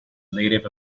native